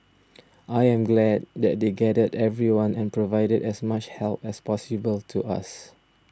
I am glad that they gathered everyone and provided as much help as possible to us